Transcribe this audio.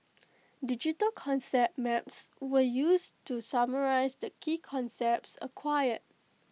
digital concept maps were used to summarise the key concepts acquired